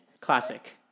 Classic